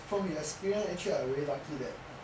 from the experience actually I really lucky that err